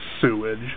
sewage